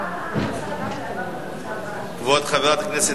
אי-אפשר באמצע.